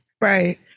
Right